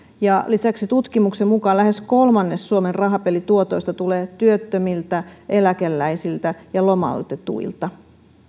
lisäksi tutkimuksen mukaan lähes kolmannes suomen rahapelituotoista tulee työttömiltä eläkeläisiltä ja lomautetuilta